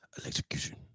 Electrocution